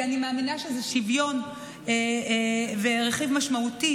כי אני מאמינה שזה שוויון ורכיב משמעותי